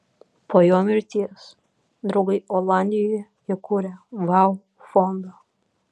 po jo mirties draugai olandijoje įkūrė vau fondą